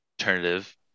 alternative